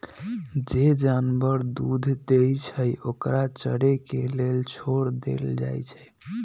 जे जानवर दूध देई छई ओकरा चरे के लेल छोर देल जाई छई